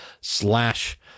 slash